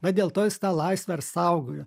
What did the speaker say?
va dėl to jis tą laisvę ir saugojo